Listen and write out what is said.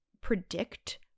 predict